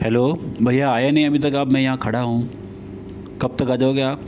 hello भईया आया नहीं अभी तक आप मैं यहाँ खड़ा हूँ कब तक आ जाओगे आप